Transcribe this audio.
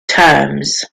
terms